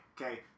okay